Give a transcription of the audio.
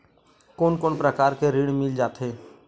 कोन कोन प्रकार के ऋण मिल जाथे?